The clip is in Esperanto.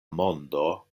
mondo